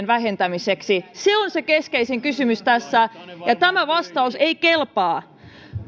vähentämiseksi se on se keskeisin kysymys tässä ja tämä vastaus ei kelpaa